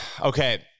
Okay